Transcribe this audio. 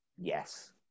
Yes